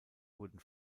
wurden